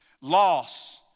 Loss